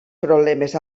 problemes